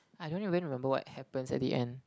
I don't even remember what happens at the end